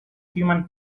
human